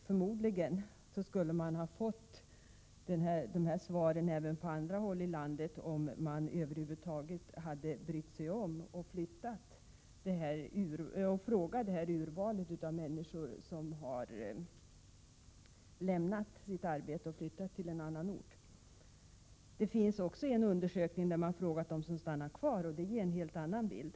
Förmodligen skulle svaren ha blivit desamma från andra håll i landet, om man över huvud taget hade brytt sig om att fråga detta urval av människor som har lämnat sitt arbete och flyttat till en annan ort. Det finns också en undersökning där man frågat dem som stannat kvar och den visar en helt annan bild.